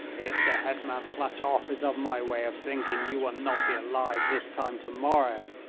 if the hetman platoff is of my way of thinking you will not be alive this time to-morrow,